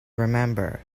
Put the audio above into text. remember